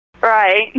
Right